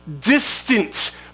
distant